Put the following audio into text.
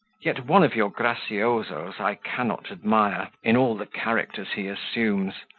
yet one of your graciosos i cannot admire, in all the characters he assumes.